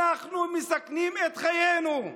אנחנו מסכנים את חיינו.